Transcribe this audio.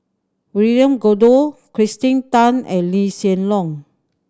William Goode Kirsten Tan and Lee Hsien Loong